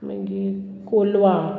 मागीर कोलवा